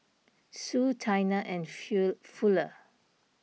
Sue Taina and fill Fuller